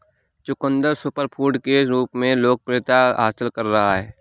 चुकंदर सुपरफूड के रूप में लोकप्रियता हासिल कर रहा है